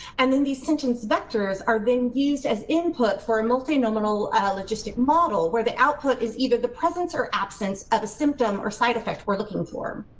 and then the sentence vectors are then used as input for multi nominal logistic model where the output is either the presence, or absence of a symptom or side effects. we're looking for.